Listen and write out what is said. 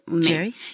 Jerry